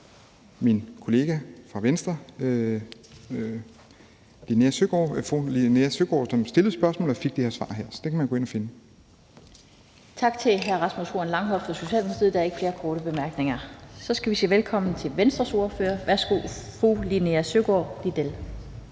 min kollega fra Venstre, fru Linea Søgaard-Lidell, som stillede spørgsmålet og fik det her svar. Så det kan man gå ind og finde. Kl. 10:55 Den fg. formand (Annette Lind): Tak til hr. Rasmus Horn Langhoff fra Socialdemokratiet. Der er ikke flere korte bemærkninger. Så skal vi sige velkommen til Venstres ordfører. Værsgo til fru Linea Søgaard-Lidell.